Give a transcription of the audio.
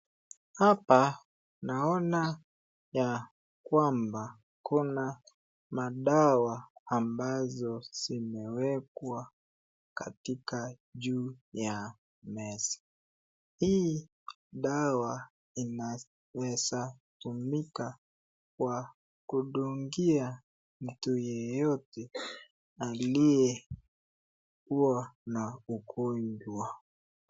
Hapa naona ya kwamba kuna madawa ambazo zimewekwa katika juu ya meza. Hii dawa inaweza tumika kwa kudungia mtu yeyote aliyekua na ugonjwa.